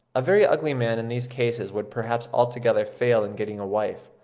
a very ugly man in these cases would perhaps altogether fail in getting a wife,